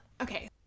Okay